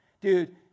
Dude